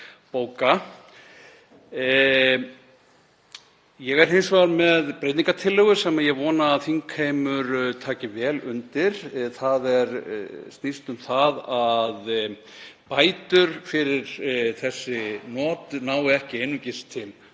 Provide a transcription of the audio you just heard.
Ég er hins vegar með breytingartillögu sem ég vona að þingheimur taki vel undir. Hún snýst um að bætur fyrir þessi not nái ekki einungis til höfunda